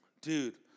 dude